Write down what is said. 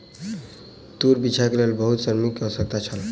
तूर बीछैक लेल बहुत श्रमिक के आवश्यकता छल